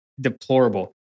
deplorable